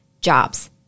jobs